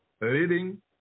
leading